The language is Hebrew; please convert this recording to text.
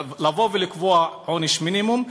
לבוא ולקבוע עונש מינימום,